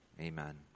Amen